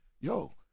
yo